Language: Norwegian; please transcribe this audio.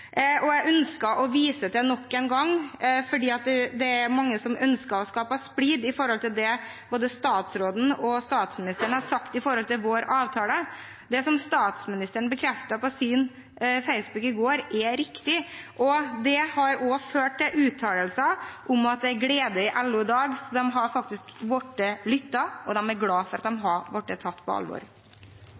startet. Jeg ønsker å vise til det nok en gang, fordi det er mange som ønsker å skape splid når det gjelder det både statsråden og statsministeren har sagt med tanke på vår avtale. Det som statsministeren bekreftet på sin Facebook-side i går, er riktig, og det har også ført til uttalelser om at det er glede i LO i dag. Så de har faktisk blitt lyttet til, og de er glade for at de er blitt tatt på alvor.